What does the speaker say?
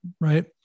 right